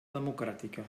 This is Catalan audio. democràtica